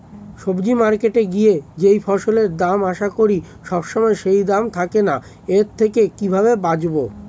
সবজি মার্কেটে গিয়ে যেই ফসলের দাম আশা করি সবসময় সেই দাম থাকে না এর থেকে কিভাবে বাঁচাবো?